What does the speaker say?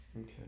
Okay